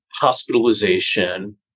hospitalization